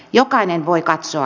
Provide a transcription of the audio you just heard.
jokainen voi katsoa